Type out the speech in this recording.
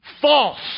false